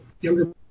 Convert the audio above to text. younger